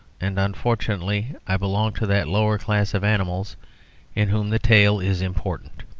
and, unfortunately, i belong to that lower class of animals in whom the tail is important.